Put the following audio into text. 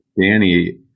Danny